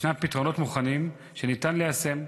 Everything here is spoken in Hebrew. ישנם פתרונות מוכנים שניתן ליישם,